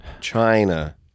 China